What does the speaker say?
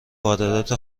واردات